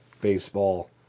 baseball